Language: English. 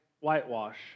whitewash